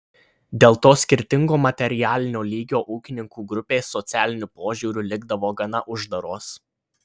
dėl to skirtingo materialinio lygio ūkininkų grupės socialiniu požiūriu likdavo gana uždaros